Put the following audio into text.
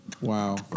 Wow